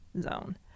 zone